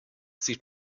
sieht